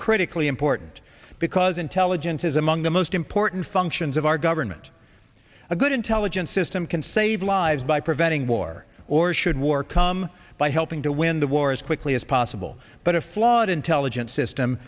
critically important because intelligence is among the most important functions of our government a good intelligence system can save lives by preventing war or should war come by helping to win the war as quickly as possible but a flawed intelligence system